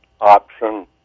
option